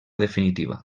definitiva